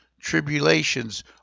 tribulations